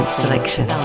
selection